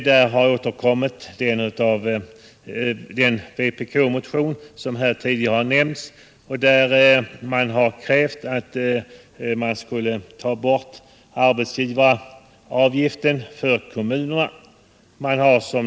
Där har bl.a. den tidigare nämnda vpk-motionen behandlats. I denna motion krävs att arbetsgivaravgiften för kommunerna skall tas bort.